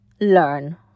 learn